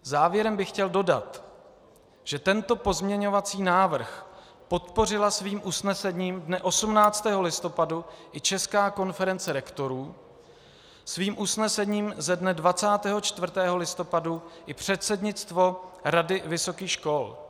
Závěrem bych chtěl dodat, že tento pozměňovací návrh podpořila svým usnesením dne 18. listopadu i Česká konference rektorů, svým usnesením ze dne 24. listopadu i předsednictvo Rady vysokých škol.